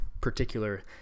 particular